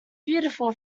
beautiful